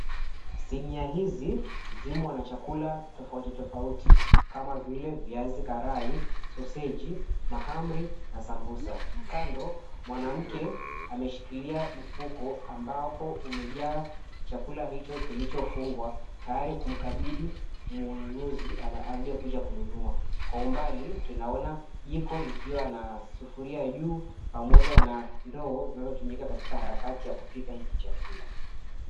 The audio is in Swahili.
Sinia hizi zimo na chakula tofauti tofauti kama vile viazi karai, sosegi , mahamri na sambusa, kando mwanamke ameshikilia mfuko ambapo umejaa chakula hicho kilichofungwa tayari kumkabidhi mununuzi aliyekuja Kununua. Kwa umbali tunaona jiko likiwa na sufuria juu pamoja na ndoo zinazotumika katika harakati ya kupika hiki chakula.